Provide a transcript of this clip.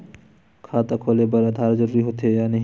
खाता खोले बार आधार जरूरी हो थे या नहीं?